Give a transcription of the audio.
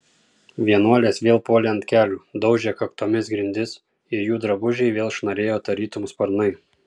vienuolės vėl puolė ant kelių daužė kaktomis grindis ir jų drabužiai vėl šnarėjo tarytum sparnai